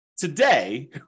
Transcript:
Today